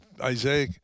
Isaiah